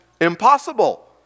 impossible